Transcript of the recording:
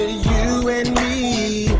you and me.